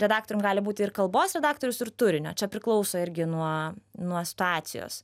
redaktorium gali būti ir kalbos redaktorius ir turinio čia priklauso irgi nuo nuo situacijos